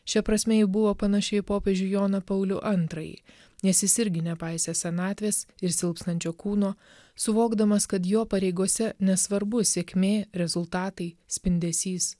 šia prasme ji buvo panaši į popiežių joną paulių antrąjį nes jis irgi nepaisė senatvės ir silpstančio kūno suvokdamas kad jo pareigose nesvarbu sėkmė rezultatai spindesys